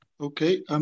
Okay